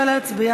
ההצעה